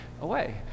away